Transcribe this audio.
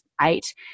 eight